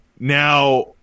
Now